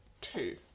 Two